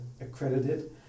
accredited